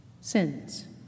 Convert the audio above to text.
sins